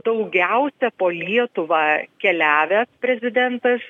daugiausia po lietuvą keliavęs prezidentas